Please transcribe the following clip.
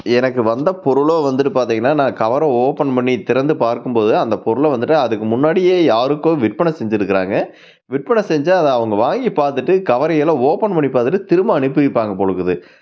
எனக்கு வந்த பொருள் வந்துவிட்டு பார்த்திங்கனா நான் கவரை ஓப்பன் பண்ணி திறந்து பார்க்கும் போது தான் அந்த பொருளை வந்துவிட்டு அதுக்கு முன்னாடியே யாருக்கோ விற்பனை செஞ்சிருக்கிறாங்க விற்பனை செஞ்ச அதை அவங்க வாங்கி பார்த்துட்டு கவரை எல்லாம் ஓப்பன் பண்ணி பார்த்துட்டு திரும்ப அனுப்பியிருப்பங்க போல் இருக்குது